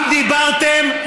אם דיברתם,